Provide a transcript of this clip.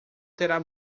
terá